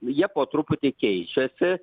jie po truputį keičiasi